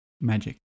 magic